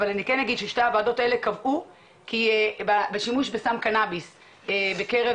אבל אני כן אגיד ששתי הוועדות האלה קבעו כי בשימוש בסם קנאביס בקרב